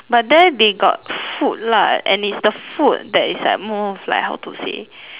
but there they got food lah and it's the food that is like more of like how to say